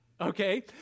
Okay